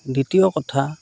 দ্বিতীয় কথা